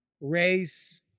race